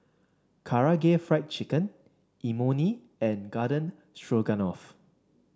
Karaage Fried Chicken Imoni and Garden Stroganoff